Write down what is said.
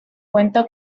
cuenta